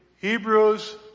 Hebrews